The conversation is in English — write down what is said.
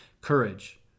courage